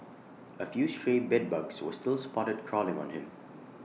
A few stray bedbugs were still spotted crawling on him